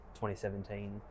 2017